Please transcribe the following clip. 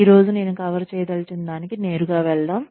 ఈ రోజు నేను కవర్ చేయదలిచిన దానికి నేరుగా వెళ్దాం